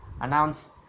announce